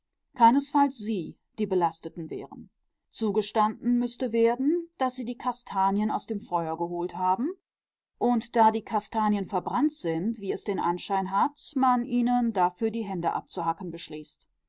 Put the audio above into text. keinesfalls sie die belasteten wären zugestanden müßte werden daß sie die kastanien aus dem feuer geholt haben und da die kastanien verbrannt sind wie es den anschein hat man ihnen dafür die hände abzuhacken beschließt